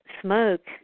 smoke